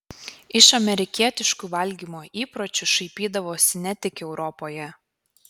iš amerikietiškų valgymo įpročių šaipydavosi ne tik europoje